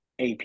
AP